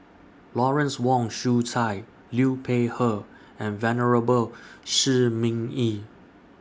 Lawrence Wong Shyun Tsai Liu Peihe and Venerable Shi Ming Yi